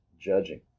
judging